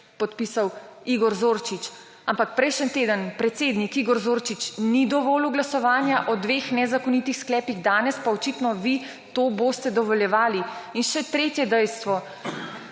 podpisal Igor Zorčič. Ampak prejšnji teden predsednik Igor Zorčič ni dovolil glasovanja o dveh nezakonitih sklepih, danes pa očitno vi to boste dovoljevali. In še tretje dejstvo.